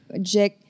Jack